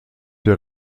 der